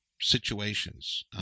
situations